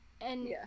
and-